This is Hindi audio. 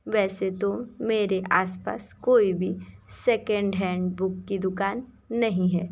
वैसे तो मेरे आसपास कोई भी सेकंड हैंड बुक की दुकान नहीं है